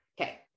Okay